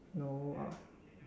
no ah